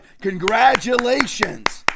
Congratulations